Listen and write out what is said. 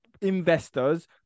investors